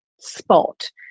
spot